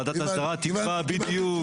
ועדת האסדרה תקבע בדיוק.